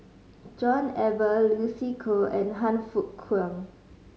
John Eber Lucy Koh and Han Fook Kwang